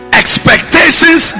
expectations